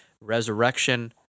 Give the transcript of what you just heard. resurrection